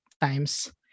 times